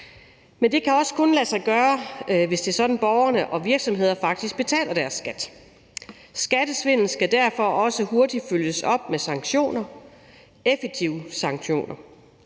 Men det kan også kun lade sig gøre, hvis det er sådan, at borgerne og virksomhederne faktisk betaler deres skat. Skattesvindelen skal derfor også hurtigt følges op med sanktioner – effektive sanktioner.